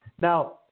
Now